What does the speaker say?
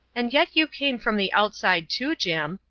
and yet you came from the outside, too, jim,